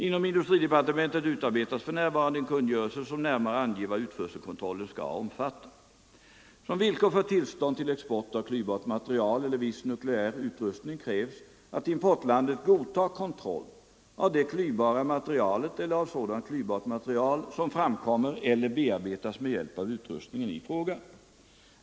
Inom industridepartementet utarbetas för närvarande en kungörelse som närmare anger vad utförselkontrollen skall omfatta. Som villkor för tillstånd till export av klyvbart material eller viss nukleär utrustning krävs att importlandet godtar kontroll av det klyvbara materialet eller av sådant klyvbart material som framkommer eller bearbetas med hjälp av utrustningen i fråga.